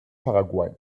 paraguay